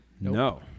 no